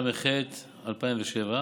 התשס"ח 2007,